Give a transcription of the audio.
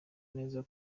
neza